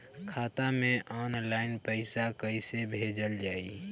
खाता से ऑनलाइन पैसा कईसे भेजल जाई?